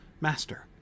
master